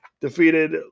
defeated